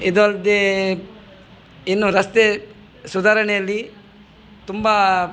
ಇದಲ್ಲದೆ ಇನ್ನು ರಸ್ತೆ ಸುಧಾರಣೆಯಲ್ಲಿ ತುಂಬಾ